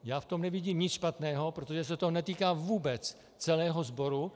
Já v tom nevidím nic špatného, protože se to netýká vůbec celého sboru.